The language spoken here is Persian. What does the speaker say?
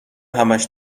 همش